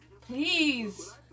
please